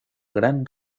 gran